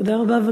תודה רבה.